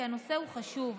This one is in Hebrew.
כי הנושא הוא חשוב,